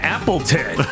Appleton